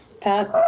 Pat